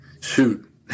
shoot